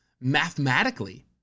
Mathematically